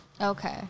okay